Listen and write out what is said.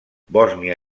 bòsnia